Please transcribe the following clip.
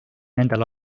nendel